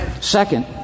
Second